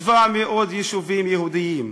700 יישובים יהודיים,